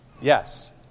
Yes